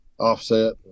offset